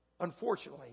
unfortunately